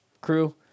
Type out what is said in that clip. crew